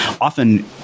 often